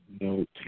note